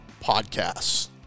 podcasts